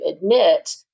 admit